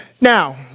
Now